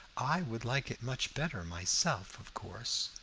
i would like it much better myself, of course.